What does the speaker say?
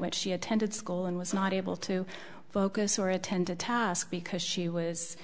which she attended school and was not able to focus or attend a task because she was